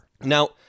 Now